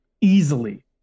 easily